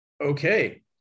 okay